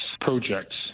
projects